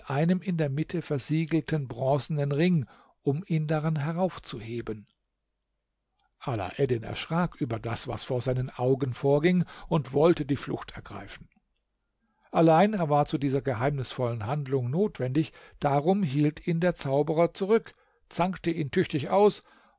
einem in der mitte versiegelten bronzenem ring um ihn daran heraufzuheben alaeddin erschrak über das was vor seinen augen vorging und wollte die flucht ergreifen allein er war zu dieser geheimnisvollen handlung notwendig darum hielt ihn der zauberer zurück zankte ihn tüchtig aus